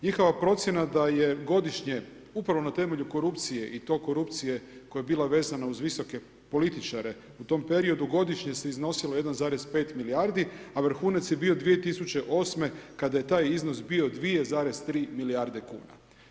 Njihova procjena da je godišnje upravo na temelju korupcije i to korupcije koja je bila vezana uz visoke političare u tom periodu, godišnje se iznosilo 1,5 milijardi, a vrhunac je bio 2008. kada je taj iznos bio 2,3 milijarde kuna.